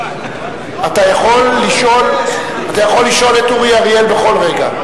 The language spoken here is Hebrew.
אתה יכול לשאול את אורי אריאל בכל רגע.